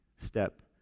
step